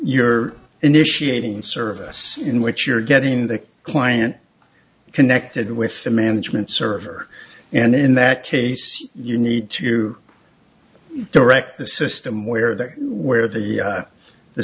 you're initiating service in which you're getting the client connected with the management server and in that case you need to direct the system where that where the